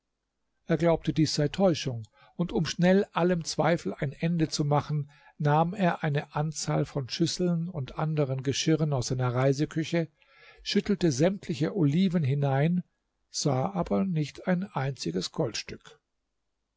er glaubte dies sei täuschung und um schnell allem zweifel ein ende zu machen nahm er eine anzahl von schüsseln und anderen geschirren aus seiner reiseküche schüttelte sämtliche oliven hinein sah aber nicht ein einziges goldstück